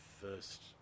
first